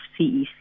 CEC